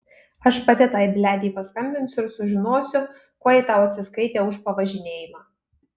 aš pati tai bledei paskambinsiu ir sužinosiu kuo ji tau atsiskaitė už pavažinėjimą